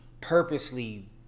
purposely